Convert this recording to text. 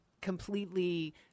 completely